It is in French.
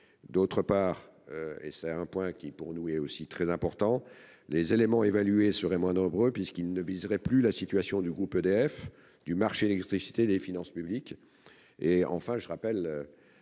D'autre part, point également très important, les éléments évalués seraient moins nombreux, puisqu'ils ne viseraient plus la situation du groupe EDF, du marché de l'électricité et des finances publiques.